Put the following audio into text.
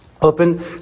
open